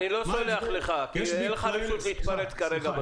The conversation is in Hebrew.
אין לך רשות להתפרץ כרגע.